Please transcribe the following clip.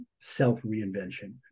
self-reinvention